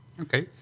Okay